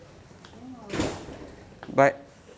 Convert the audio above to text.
ah